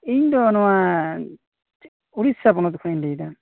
ᱤᱧ ᱫᱚ ᱱᱚᱣᱟ ᱩᱲᱤᱥᱥᱟ ᱯᱚᱱᱚᱛ ᱠᱷᱚᱱᱤᱧ ᱞᱟ ᱭᱮᱫᱟ